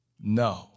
no